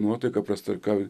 nuotaika prasta ar ką